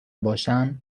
باشن